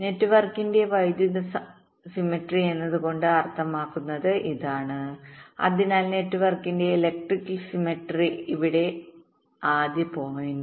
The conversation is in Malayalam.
നെറ്റ്വർക്കിന്റെ വൈദ്യുത സമമിതി എന്നതുകൊണ്ട് അർത്ഥമാക്കുന്നത് ഇതാണ് അതിനാൽ നെറ്റ്വർക്കിന്റെ എലെക്ട്രിക്കൽ സിംമെറ്ററി ഇവിടെ ആദ്യ പോയിന്റ്